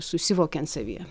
susivokiant savyje